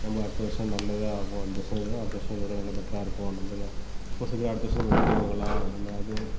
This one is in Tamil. நம்ப அடுத்த வர்ஷம் நல்லதா ஆகும் இந்த வர்ஷத்துக்கு அடுத்த வருஷம் இதை விட நல்லா பெட்ராக இருக்கும் நம்பளை ஒரு சில பேர் அடுத்த வர்ஷம் நம்ம வீடு வாங்கலாம் என்ன அதுவும்